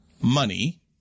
money